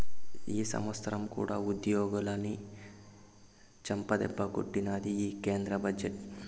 ఈ సంవత్సరం కూడా ఉద్యోగులని చెంపదెబ్బే కొట్టినాది ఈ కేంద్ర బడ్జెట్టు